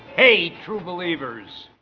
hey, true believers.